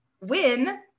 win